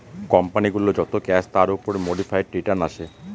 company গুলোর যত cash তার উপর মোডিফাইড রিটার্ন আসে